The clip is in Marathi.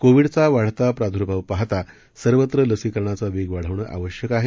कोविडचा वाढता प्राद्भाव पाहता सर्वत्र लसीकरणाचा वेग वाढवणं आवश्यक आहे